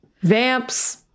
vamps